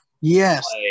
Yes